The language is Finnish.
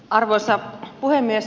arvoisa puhemies